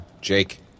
Jake